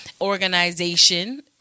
organization